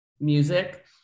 music